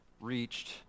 reached